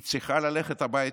היא צריכה ללכת הביתה,